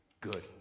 good